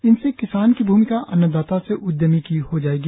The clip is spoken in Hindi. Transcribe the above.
इनसे किसान की भूमिका अन्नदाता से उद्यमी की हो जाएगी